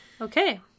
Okay